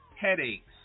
Headaches